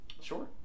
Sure